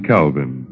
Calvin